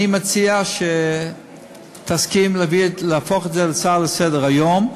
אני מציע שתסכים להפוך את זה להצעה לסדר-היום.